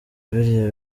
biriya